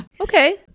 Okay